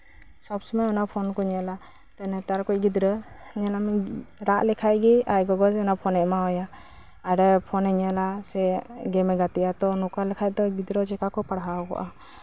ᱥᱚᱵᱼᱥᱚᱢᱚᱭ ᱚᱱᱟ ᱯᱷᱳᱱ ᱠᱚ ᱧᱮᱞᱟ ᱱᱮᱛᱟᱨ ᱠᱚ ᱜᱤᱫᱽᱨᱟᱹ ᱧᱮᱞᱟᱢ ᱨᱟᱜ ᱞᱮᱠᱷᱟᱡ ᱜᱮ ᱟᱡ ᱜᱚᱜᱚ ᱡᱮᱢᱚᱱ ᱯᱷᱳᱱᱮᱭ ᱮᱢᱟᱣᱟᱭᱟ ᱟᱨ ᱯᱷᱳᱱᱮᱭ ᱧᱮᱞᱟ ᱥᱮ ᱜᱮᱢᱮᱭ ᱜᱟᱛᱮᱜᱼᱟ ᱛᱚ ᱱᱚᱝᱠᱟ ᱠᱟᱛᱮ ᱫᱚ ᱜᱤᱫᱽᱨᱟᱹ ᱪᱮᱠᱟ ᱠᱚ ᱯᱟᱲᱦᱟᱣ ᱠᱚᱜᱼᱟ